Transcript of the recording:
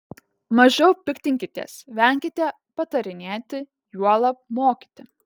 mažiau piktinkitės venkite patarinėti juolab mokyti